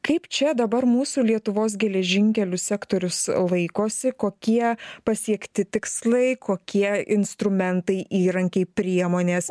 kaip čia dabar mūsų lietuvos geležinkelių sektorius laikosi kokie pasiekti tikslai kokie instrumentai įrankiai priemonės